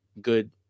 good